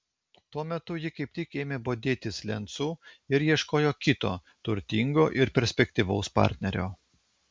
tuo metu ji kaip tik ėmė bodėtis lencu ir ieškojo kito turtingo ir perspektyvaus partnerio